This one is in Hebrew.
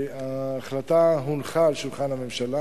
ההחלטה הונחה על שולחן הממשלה.